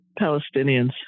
Palestinians